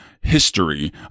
history